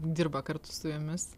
dirba kartu su jumis